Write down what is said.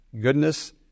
goodness